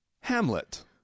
Hamlet